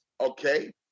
okay